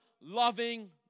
loving